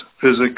physics